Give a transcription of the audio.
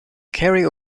carry